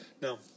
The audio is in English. No